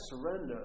surrender